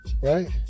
Right